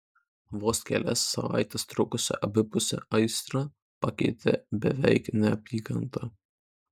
vos kelias savaites trukusią abipusę aistrą pakeitė beveik neapykanta